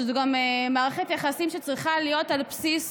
שזו גם מערכת יחסים שצריכה להיות על בסיס